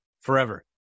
forever